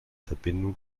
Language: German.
verbindungen